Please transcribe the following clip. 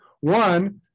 One